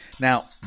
now